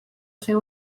ser